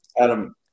Adam